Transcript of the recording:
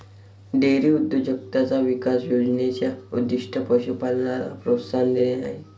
dairy उद्योजकताचा विकास योजने चा उद्दीष्ट पशु पालनाला प्रोत्साहन देणे आहे